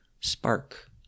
spark